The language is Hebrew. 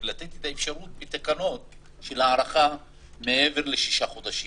לתת את האפשרות להארכה מעבר לשישה חודשים